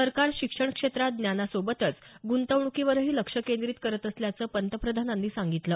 सरकार शिक्षण क्षेत्रात ज्ञानासोबतच गुंतवणुकीवरही लक्ष केंद्रीत करत असल्याचं पंतप्रधानांनी सांगितलं